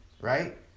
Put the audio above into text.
right